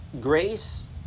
grace